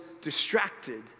distracted